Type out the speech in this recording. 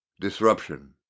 disruption